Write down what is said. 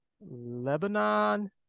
Lebanon